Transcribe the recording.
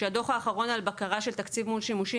כאשר הדוח האחרון על בקרה של תקציב מול שימושים